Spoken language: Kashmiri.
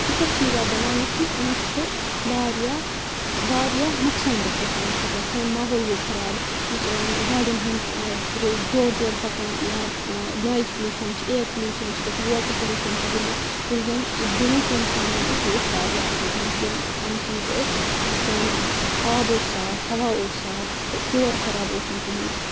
ییٖتیٛاہ چیٖز آے بَناونہٕ کہِ یِم چھِ واریاہ واریاہ نۄقصان دیہہ تہِ سانہِ خٲطرٕ سون ماحول گوٚو خراب یُس گاڑٮ۪ن ہُنٛد زورٕ زورٕ پَکُن یا نویِز پُلوٗشَن چھِ اِیَر پُلوٗشَن چھِ گژھان واٹَر پُلوٗشَن چھِ گوٚمُت ییٚلہِ زَن یہِ برونٛٹھ یِم سامان اوس یہِ اوس واریاہ اَصٕل برونٛٹھ یِم یِم چیٖز ٲسۍ سون آب اوس صاف ہوا اوس صاف شور شرابہٕ اوس نہٕ کِہیٖنۍ